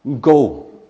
Go